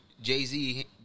Jay-Z